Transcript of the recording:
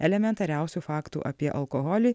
elementariausių faktų apie alkoholį